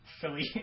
silly